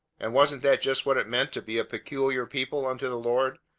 and wasn't that just what it meant to be a peculiar people unto the lord,